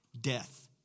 death